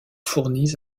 fournis